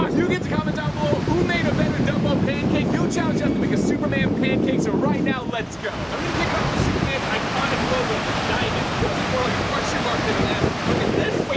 um you get to comment down below. who made a better dumbo pancake? you challenged us to make a superman pancake, so right now, let's go. i'm gonna kick it off with superman's iconic logo, the diamond. looks almost like more like a question mark than an s. and look at this. wait,